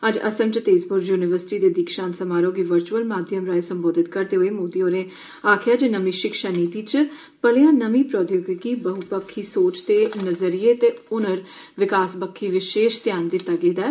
अज्ज असाम च तेज़पुर युनिवर्सिटी दे दीक्षांत समारोह गी वर्चुअल माध्यम राएं सम्बोधित करदे होई मोदी होरें आक्खेआ जे नर्मी शिक्षा नीति च भलेआ नर्मी प्रद्योगिकी बह्पक्खी सोच ते नजरिया ते ह्नर विकास बक्खी विशेश ध्यान दिता गेदा ऐ